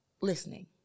listening